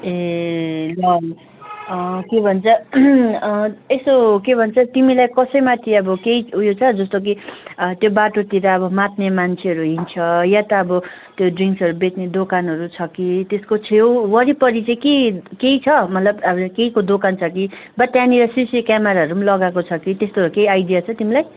ए ल ल के भन्छ यसो के भन्छ तिमीलाई कसैमाथि अब केही उयो छ जस्तो कि त्यो बाटोतिर अब मात्ने मान्छेहरू हिँड्छ या त अब त्यो ड्रिङ्क्सहरू बेच्ने दोकनहरू छ कि त्यसको छेउ वरिपरि चाहिँ के केही छ मतलब केहीको दोकान छ कि बट त्यहाँनिर सिसी क्यामराहरूम् लगाको छ कि त्यस्तोहरू केही आइडिया छ तिमीलाई